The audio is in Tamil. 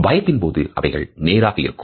பயத்தின் போது அவைகள் நேராக இருக்கும்